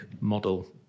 model